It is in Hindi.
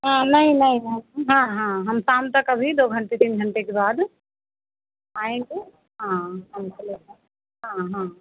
हाँ नहीं नहीं हाँ हाँ हम शाम तक अभी दो घंटे तीन घंटे के बाद आएँगे हाँ हाँ हाँ